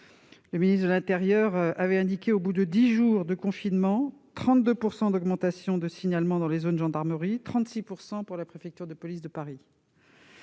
Le ministre de l'intérieur avait constaté, au bout de dix jours de confinement, 32 % d'augmentation des signalements dans les zones gendarmerie, 36 % pour la préfecture de police de Paris.